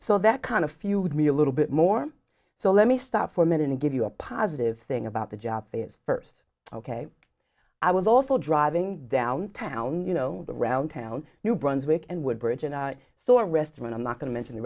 so that kind of fuel me a little bit more so let me stop for a minute and give you a positive thing about the job first ok i was also driving downtown you know around town new brunswick and woodbridge and i saw a restaurant i'm not going to mention the